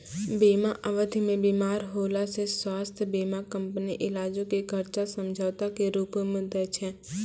बीमा अवधि मे बीमार होला से स्वास्थ्य बीमा कंपनी इलाजो के खर्चा समझौता के रूपो मे दै छै